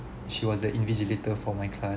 she was the invigilator for my class